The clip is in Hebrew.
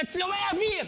תצלומי אוויר.